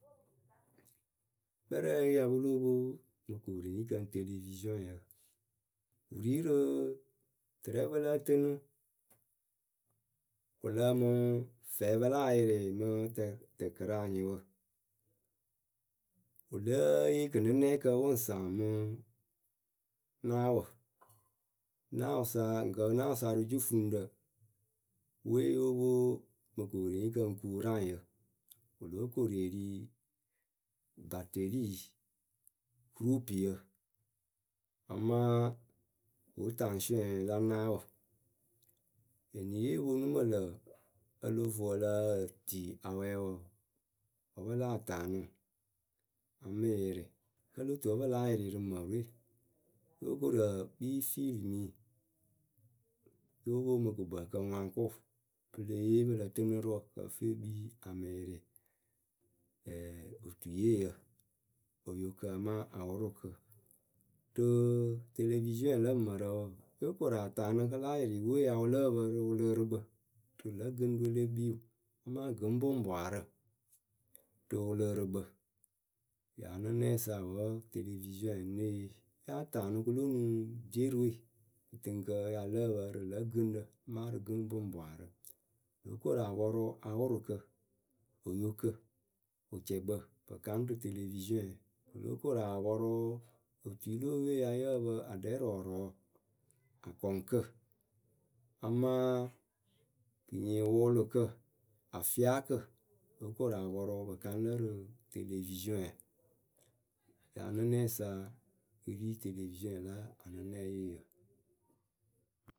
Kpɛrɛyǝ we pɨ ya pɨ lóo pwo mɨ kɨpwerenikǝ ŋ televiziɔŋyǝ. wɨ rii rɨ tɨrɛ pɨ lǝ́ǝ tɨnɨ, wɨ lǝǝmɨ fɛɛ pɨ láa yɩrɩ mɨ tɨ, tɨkɨraanyɩwǝ Wɨ lǝ́ǝ yee kɨnɨnɛkǝ wɨ ŋ saŋ mɨ naawǝ Naawɨ sa ŋkǝ naawɨ sa rɨ jufuŋɖǝ Wɨwe yóo pwo mɨ kɨpwerenikǝ kuuraŋyǝ, wɨ lóo koru eri baterii Amaa hotaŋsɩɔŋɛ la naawǝ. Eniye wɨ ponu mɨ lǝ̈ o lo vo ǝ lǝh tii a wɛɛ wǝ wǝ́ pɨ láa taanɨ ŋwʊ, a mɨ ŋ yɩrɩ. Kǝ́ lo tu wǝ́ pɨ láa yɩrɩ rɨ mǝrɨ we? Yóo koru ekpii filɨmii yóo pwo wɨ mɨ kɨkpǝǝkǝ ŋwaŋkʊʊ Pɨ le yee pɨ lǝ tɨnɨ rɨ wǝ kɨ ǝfɨ ekpii a mɨ yɩrɩ ǝǝ. otuyeeyǝ Oyokǝ amaa awʊrʊkǝ Rɨ televiziɔŋɛ lǝ mǝrǝ wɔɔ, yóo koru ataanɨ kɨ la yɩrɩ wɨwe wɨ ya wɨ lǝ́ǝ pǝ rɨ wɨlɨɨrɨkpǝ Rɨ lǝ̌ gɨŋrɨ we le kpiiw amaa gɨŋpʊŋpwaarǝ rɨ wɨlɨɨrɨkpǝ.,Ŋyɨ anɨnɛyɨ sa wǝ́ televiziɔŋɛ ŋ née yee. yáa taanɨ kɨ lo nuŋ dierɨ we kɨtɨŋkǝ ya lǝ́ǝ pǝ rɨ lǝ̌ gɨŋrǝ amaa rɨ gɨŋpʊŋpwaarǝ Pɨ lóo koru apɔrʊ awʊrʊkǝ Oyokǝ wɨcɛkpǝ pɨ kaŋ rɨ televiziɔŋɛ, pɨ lóo koru apɔrʊ otui le eyɨwe ya yǝ́ǝ pǝ aɖɛ rɔɔrɔɔ Akɔŋkǝ amaa, kɨnyiwʊʊlʊkǝ afiakǝ pɨ lóo koru apɔrʊ pɨ kaŋ lǝ rɨ televiziɔŋɛ, rɨ anɨnɛyɨ sa wɨ ri televiziɔŋɛ la anɨnɛyeeyǝ.